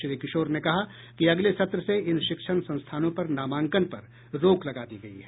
श्री किशोर ने कहा कि अगले सत्र से इन शिक्षण संस्थानों में नामांकन पर रोक लगा दी गयी है